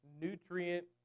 nutrient